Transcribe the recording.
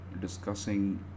discussing